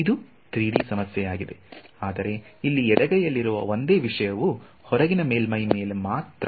ಇದು 3D ಸಮಸ್ಯೆಯಾಗಿದೆ ಆದರೆ ಇಲ್ಲಿ ಎಡಗೈಯಲ್ಲಿರುವ ಒಂದೇ ವಿಷಯವು ಹೊರಗಿನ ಮೇಲ್ಮೈ ಮೇಲೆ ಮಾತ್ರ